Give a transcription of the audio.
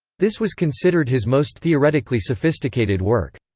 this was considered his most theoretically sophisticated work.